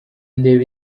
ndeba